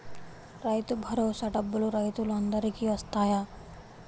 రైతు భరోసా డబ్బులు రైతులు అందరికి వస్తాయా?